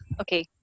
Okay